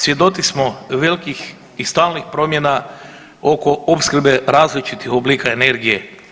Svjedoci smo velikih i stalnih promjena oko opskrbe različitih oblika energije.